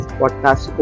podcast